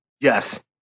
Yes